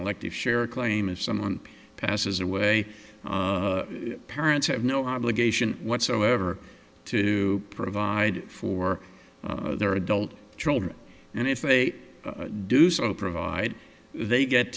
elective share claim if someone passes away parents have no obligation whatsoever to provide for their adult children and if they do so provide they